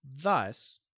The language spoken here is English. Thus